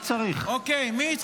חבר הכנסת שקלים, לא צריך את ה"ללקק".